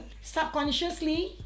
subconsciously